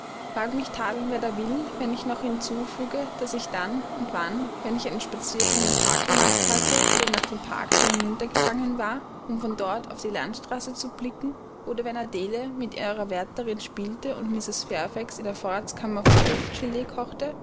mag mich tadeln wer da will wenn ich noch hinzufüge daß ich dann und wann wenn ich einen spaziergang im park gemacht hatte oder nach dem parkthor hinunter gegangen war um von dort auf die landstraße zu blicken oder wenn adele mit ihrer wärterin spielte und mrs fairfax in der vorratskammer fruchtgelee kochte